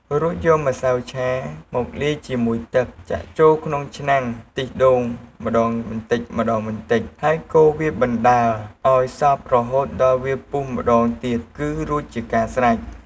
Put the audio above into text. រួចយកម្សៅឆាមកលាយជាមួយទឹក ចាក់ចូលក្នុងឆ្នាំងខ្ទិះដូងម្ដងបន្តិចៗ ហើយកូរវាបណ្ដើរឱ្យសព្វរហូតដល់វាពុះម្ដងទៀតគឺរួចជាការស្រេច។